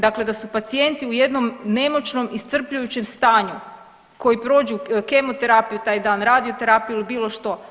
Dakle, da su pacijenti u jednom nemoćnom iscrpljujućem stanju, koji prođu kemoterapiju taj dan, radioterapiju ili bilo što.